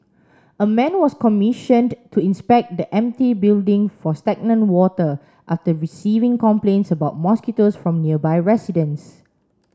a man was commissioned to inspect the empty building for stagnant water after receiving complaints about mosquitoes from nearby residents